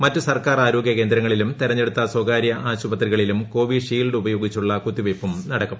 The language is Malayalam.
മറ്റു സർക്കാർ ആരോഗ്യകേന്ദ്രങ്ങളിലും തെരഞ്ഞെടുത്ത സ്വകാര്യ ആശുപത്രികളിലും കോവിഷീൽഡ് ഉപയോഗിച്ചുള്ള കുത്തിവയ്പ്പും നടക്കും